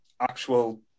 actual